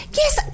yes